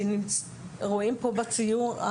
שרואים פה בציור,